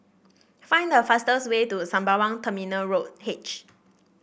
find the fastest way to Sembawang Terminal Road H